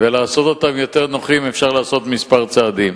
ולעשות אותם יותר נוחים, אפשר לעשות כמה צעדים.